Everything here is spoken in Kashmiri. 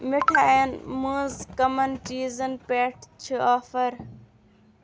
مِٹھایَن مَنٛز کَمَن چیٖزن پٮ۪ٹھ چھِ آفر ؟